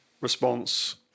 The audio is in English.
response